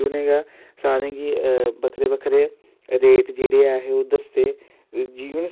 खेल जेह्ड़े स्पोटस दे बारे च जेह्ड़े फंड नै एह् में चाह्न्नां कि गौरमैंट होर देऐ होर रिफरैशमैट देऐ